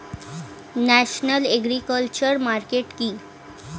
National agriculture market কি?